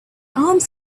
arms